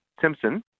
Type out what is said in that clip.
Simpson